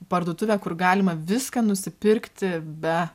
parduotuvė kur galima viską nusipirkti be